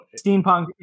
Steampunk